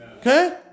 Okay